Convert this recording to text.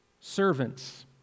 servants